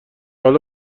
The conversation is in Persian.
حالا